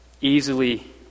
easily